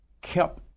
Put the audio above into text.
kept